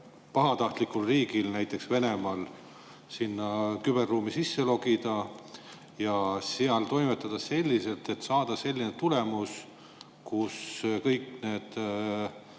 pahatahtlik riik, näiteks Venemaa, sinna küberruumi sisse logida ja seal toimetada selliselt, et saada selline tulemus: kõik